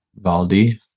Valdi